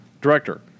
director